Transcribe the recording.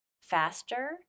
faster